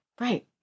Right